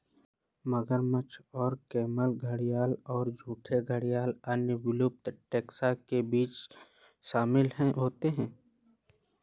मगरमच्छ और कैमन घड़ियाल और झूठे घड़ियाल अन्य विलुप्त टैक्सा के बीच शामिल होते हैं